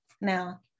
now